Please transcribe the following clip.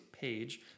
page